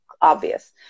obvious